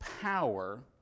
power